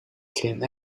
can